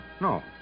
No